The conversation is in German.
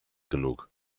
genug